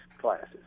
classes